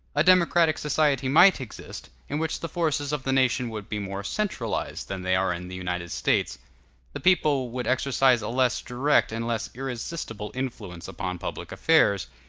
a democratic society might exist, in which the forces of the nation would be more centralized than they are in the united states the people would exercise a less direct and less irresistible influence upon public affairs,